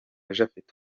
japhet